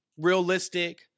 realistic